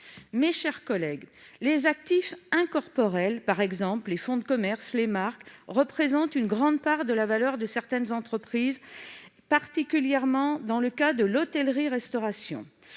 leurs déficits. Les actifs incorporels, par exemple les fonds de commerce et les marques, représentent une grande part de la valeur de certaines entreprises, en particulier dans l'hôtellerie-restauration.